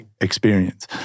experience